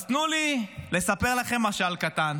אז תנו לי לספר לכם משל קטן.